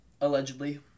Allegedly